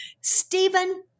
Stephen